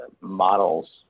models